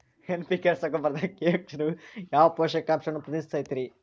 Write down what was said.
NPK ರಸಗೊಬ್ಬರದಾಗ K ಅಕ್ಷರವು ಯಾವ ಪೋಷಕಾಂಶವನ್ನ ಪ್ರತಿನಿಧಿಸುತೈತ್ರಿ?